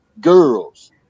girls